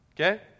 Okay